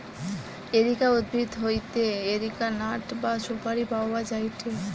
areca উদ্ভিদ হইতে areca nut বা সুপারি পাওয়া যায়টে